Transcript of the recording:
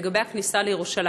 לגבי הכניסה לירושלים.